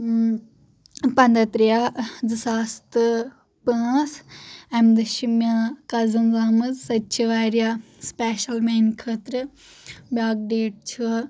پنٛدہ ترٛےٚ زٕ ساس تہٕ پانٛژھ امہِ دۄہ چھ مےٚ کزِن زامٕژ سۄ تہِ چھِ واریاہ سُپیشل میانہِ خٲطرٕ بیاکھ ڈیٹ چھُ